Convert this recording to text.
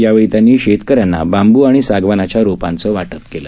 यावेळी त्यांनी शेतक यांना बांबू आणि सागवानच्या रोपांचं वाटप केलं